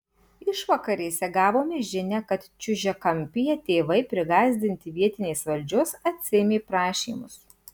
išvakarėse gavome žinią kad čiužiakampyje tėvai prigąsdinti vietinės valdžios atsiėmė prašymus